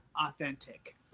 authentic